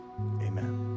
amen